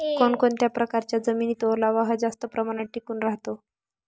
कोणत्या प्रकारच्या जमिनीत ओलावा हा जास्त प्रमाणात टिकून राहतो?